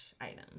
item